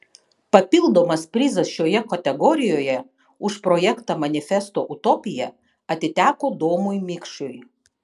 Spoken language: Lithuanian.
papildomas prizas šioje kategorijoje už projektą manifesto utopija atiteko domui mikšiui